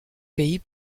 pays